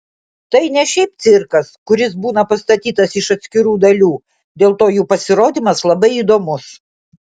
tai ne šiaip cirkas kuris būna pastatytas iš atskirų dalių dėl to jų pasirodymas labai įdomus